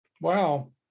Wow